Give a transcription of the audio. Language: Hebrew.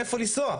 איפה לנסוע,